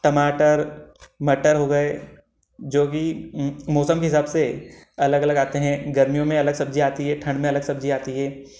टमाटर मटर हो गए जो कि मौसम के हिसाब से अलग अलग आते हैं गर्मियों में अलग सब्जी आती है ठंड में अलग सब्जी आती है